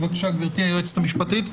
בבקשה, גברתי היועצת המשפטית.